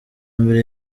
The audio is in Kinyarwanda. mbere